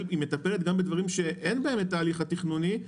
מטפלת גם בדברים שאין בהם את ההליך התכנוני,